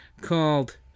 called